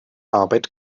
arbeit